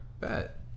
bet